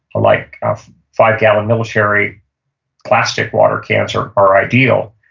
like five-gallon military plastic water cans are are ideal.